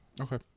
Okay